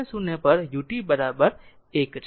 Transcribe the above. અને t 0 ut 1 છે